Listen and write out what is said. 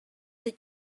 that